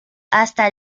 hasta